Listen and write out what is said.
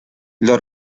los